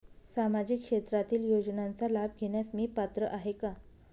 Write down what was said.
सामाजिक क्षेत्रातील योजनांचा लाभ घेण्यास मी पात्र आहे का?